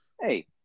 Hey